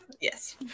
Yes